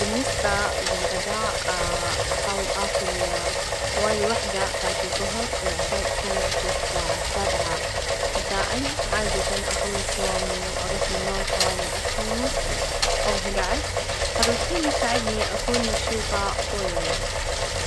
طبعًا عادةً استيقظ في الصباح حوالي ستة ونص، أبدأ يومي بفنجان قهوة، بعدين أمارس شوية رياضة، بعدين الفطور يكون حوالي الساعة ثمانية.